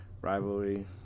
Rivalry